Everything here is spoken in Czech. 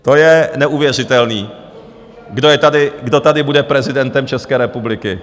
To je neuvěřitelné, kdo je tady, kdo tady bude prezidentem České republiky.